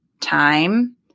time